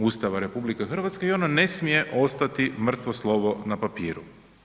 Ustava RH i ono ne smije ostati mrtvo slovo na papiru.